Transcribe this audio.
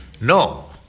No